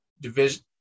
division